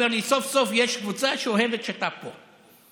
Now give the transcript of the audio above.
אומר לי: סוף-סוף יש קבוצה שאוהבת שאתה פה.